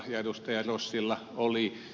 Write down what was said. rossilla oli